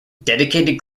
dedicated